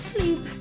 Sleep